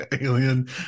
Alien